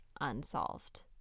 unsolved